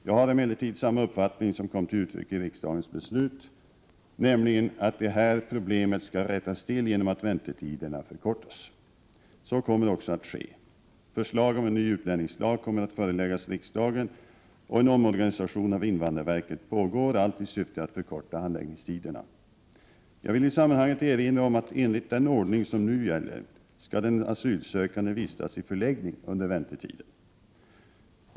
Jag har emellertid samma uppfattning som kom till uttryck i riksdagens beslut, nämligen att de här problemen skall rättas till genom att väntetiderna förkortas. Så kommer också att ske. Förslag om en ny utlänningslag kommer att föreläggas riksdagen, och en omorganisation av invandrarverket pågår, allt i syfte att förkorta handläggningstiderna. 137 Jag vill i sammanhanget erinra om att enligt den ordning som nu gäller skall de asylsökande vistas i förläggning under väntetiden.